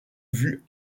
vue